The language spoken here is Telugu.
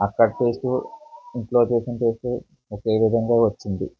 అక్కడ టేస్టు ఇంట్లో చేసిన టేస్టు ఒకేవిధంగా వచ్చింది